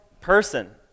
person